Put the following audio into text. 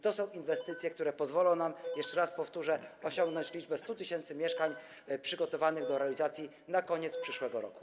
To są inwestycje, które pozwolą nam - jeszcze raz powtórzę - osiągnąć liczbę 100 tys. mieszkań przygotowanych do realizacji na koniec przyszłego roku.